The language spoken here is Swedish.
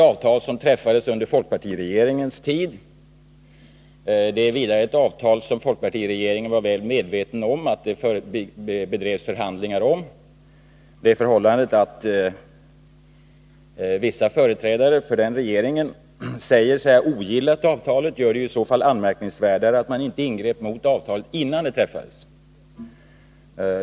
Avtalet träffades under folkpartiregeringens tid, och folkpartiregeringen var vidare väl medveten om att det bedrevs förhandlingar om detta avtal. Det förhållandet att vissa företrädare för den regeringen säger sig ha ogillat avtalet gör det i så fall än mer anmärkningsvärt att man inte ingrep mot avtalet innan det träffades.